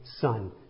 son